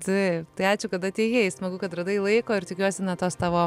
taip tai ačiū kad atėjai smagu kad radai laiko ir tikiuosi na tos tavo